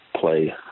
play